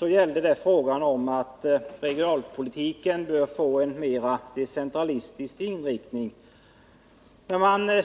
gällde det frågan om att regionalpolitiken bör få en mera decentralistisk inriktning.